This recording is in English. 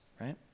right